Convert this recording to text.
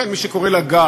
לכן יש מי שקורא לה גל,